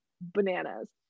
bananas